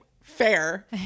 fair